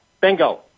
Bingo